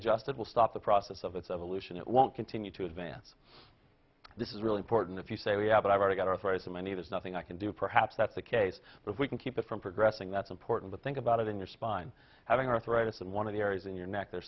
adjusted will stop the process of its evolution it won't continue to advance this is really important if you say we have it i've already got arthritis in my knee was nothing i can do perhaps that's the case but we can keep it from progressing that's important to think about it in your spine having arthritis and one of the areas in your neck there